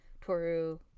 toru